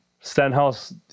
Stenhouse